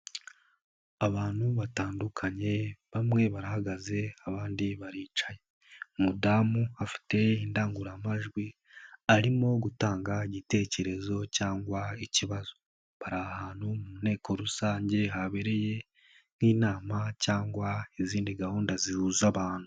Abantu batandukanye, bamwe barahagaze, abandi baricaye. Umudamu afite indangurumajwi, arimo gutanga igitekerezo cyangwa ikibazo. bari ahantu mu nteko rusange habereye nk'inama cyangwa izindi gahunda zihuza abantu.